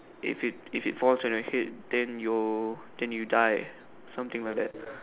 if it if it falls on your head then you'll then you die something like that